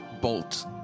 Bolt